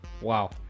Wow